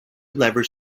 lovers